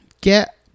get